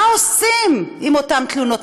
מה עושים עם אותן תלונות?